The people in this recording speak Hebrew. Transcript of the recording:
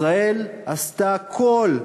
ישראל עשתה הכול,